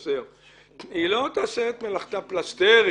והיא לא תעשה את מלאכתה פלסתר.